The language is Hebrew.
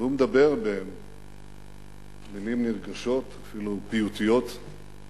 והוא מדבר במלים נרגשות, אפילו פיוטיות,